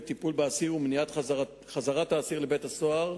בטיפול באסיר ובמניעת חזרת האסיר לבית-הסוהר,